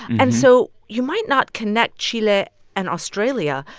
and so you might not connect chile and australia,